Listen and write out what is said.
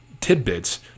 tidbits